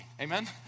Amen